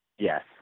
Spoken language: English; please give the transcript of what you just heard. yes